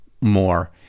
more